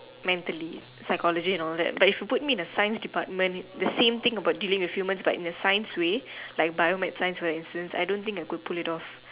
mentally psychological and all that but if you put me in the science department the same thing about dealing with humans but in a science way like in Bio med Sci where instance I don't think I could pull it off